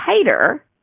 tighter